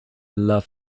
love